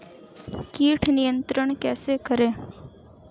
कीट नियंत्रण कैसे करें?